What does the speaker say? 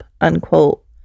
unquote